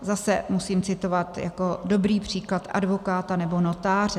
Zase musím citovat dobrý příklad advokáta nebo notáře.